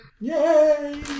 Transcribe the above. Yay